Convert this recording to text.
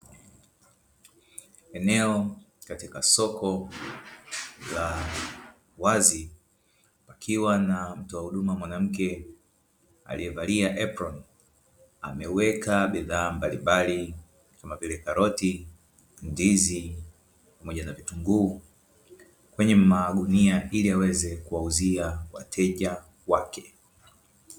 Eneo katika soko la wazi kukiwa na mtoa huduma mwanamke aliyevalia aproni, ameweka bidhaa mablimbali kama vile: karoti, ndizi pamoja na vitunguu; kwenye magunia ili aweze kuuzia wateja wake.